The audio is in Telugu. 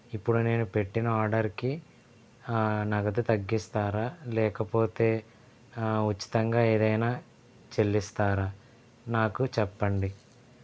ఇప్పుడు నేను పెట్టిన ఆర్డర్కి నగదు తగ్గిస్తారా లేకపోతే ఉచితంగా ఏదైనా చెల్లిస్తారా నాకు చెప్పండి